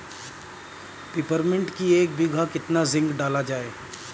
Peppermint की एक बीघा कितना जिंक डाला जाए?